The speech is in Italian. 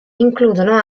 includono